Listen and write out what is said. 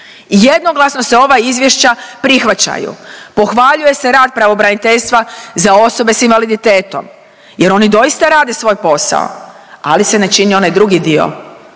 i jednoglasno se ova izvješća prihvaćaju, pohvaljuje se rad pravobraniteljstva za osobe s invaliditetom jer oni doista rade svoj posao, ali se ne čini onaj drugi dio